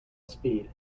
speed